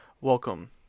welcome